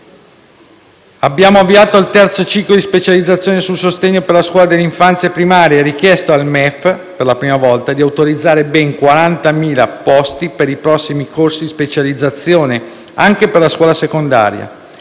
abbiamo avviato il terzo ciclo di specializzazione sul sostegno per la scuola dell'infanzia e primaria e richiesto al MEF, per la prima volta, di autorizzare ben 40.000 posti per i prossimi corsi di specializzazione, anche per la scuola secondaria: